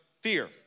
fear